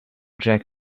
jack